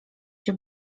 się